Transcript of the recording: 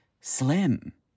slim